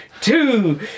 two